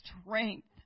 strength